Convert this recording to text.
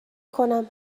کنم